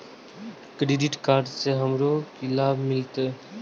Credit card से हमरो की लाभ मिलते?